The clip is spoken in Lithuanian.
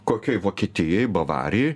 kokioj vokietijoj bavarijoj